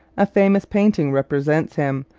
a famous painting represents him,